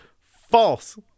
False